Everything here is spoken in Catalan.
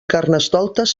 carnestoltes